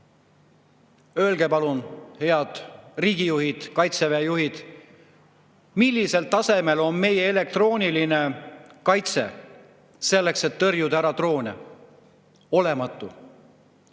Öelge palun, head riigijuhid, Kaitseväe juhid, millisel tasemel on meie elektrooniline kaitse, et tõrjuda droone. Olematu!